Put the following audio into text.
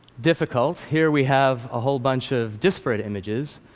difficult. here, we have a whole bunch of disparate images.